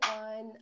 on